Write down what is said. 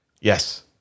Yes